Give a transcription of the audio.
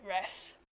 rest